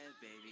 baby